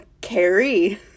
carrie